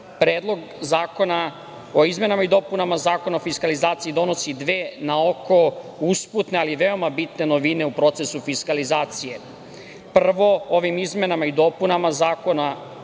Predlog zakona o izmenama i dopunama Zakona o fiskalizaciji donosi dve na oko usputne, ali veoma bitne novine u procesu fiskalizacije. Prvo, ovim izmenama i dopunama zakona